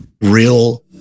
real